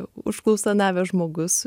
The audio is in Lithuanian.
užklausą davęs žmogus